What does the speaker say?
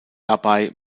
dabei